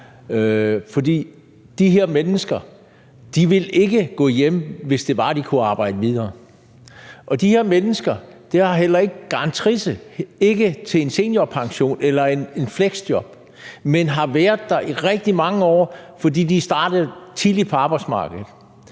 For de her mennesker ville ikke gå hjem, hvis det var, at de kunne arbejde videre. De her mennesker står garantrisse heller ikke til en seniorpension eller et fleksjob, men har været der i rigtig mange år, fordi de startede tidligt på arbejdsmarkedet,